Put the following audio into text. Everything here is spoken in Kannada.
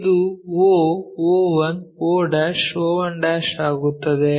ಇದು o o1 o o1 ಆಗುತ್ತದೆ